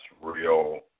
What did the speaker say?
real